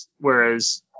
Whereas